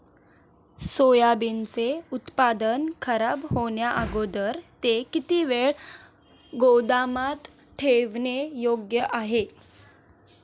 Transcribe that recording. सोयाबीनचे उत्पादन खराब होण्याअगोदर ते किती वेळ गोदामात ठेवणे योग्य आहे?